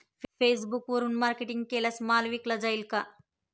फेसबुकवरुन मार्केटिंग केल्यास माल विकला जाईल का?